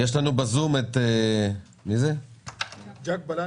נמצא איתנו בזום ז'ק בלנגה,